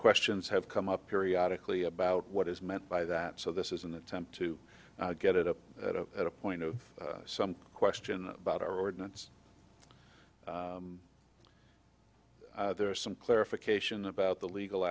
questions have come up periodic lee about what is meant by that so this is an attempt to get it up at a point of some question about our ordinance there are some clarification about the legal